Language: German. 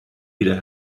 wieder